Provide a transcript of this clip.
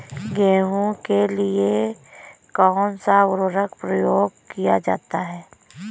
गेहूँ के लिए कौनसा उर्वरक प्रयोग किया जाता है?